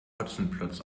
hotzenplotz